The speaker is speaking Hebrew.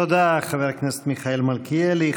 תודה, חבר הכנסת מיכאל מלכיאלי.